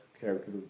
character